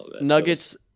Nuggets